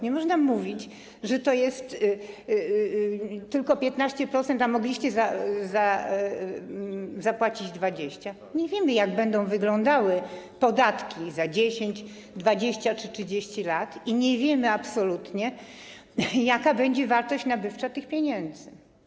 Nie można mówić: to jest tylko 15%, a mogliście zapłacić 20%, bo nie wiemy, jak będą wyglądały podatki za 10, 20 czy 30 lat, i nie wiemy absolutnie, jaka będzie wartość nabywcza tych pieniędzy.